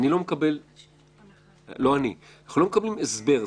אנחנו לא מקבלים הסבר,